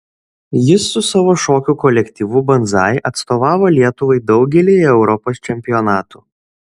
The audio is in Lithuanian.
jis su savo šokių kolektyvu banzai atstovavo lietuvai daugelyje europos čempionatų